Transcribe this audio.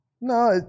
No